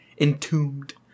entombed